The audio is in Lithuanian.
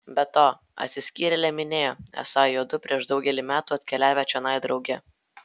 be to atsiskyrėlė minėjo esą juodu prieš daugelį metų atkeliavę čionai drauge